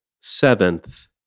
Seventh